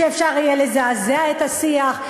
שאפשר יהיה לזעזע את השיח.